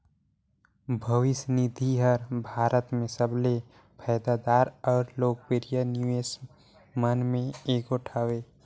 भविस निधि हर भारत में सबले फयदादार अउ लोकप्रिय निवेस मन में एगोट हवें